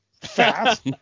Fast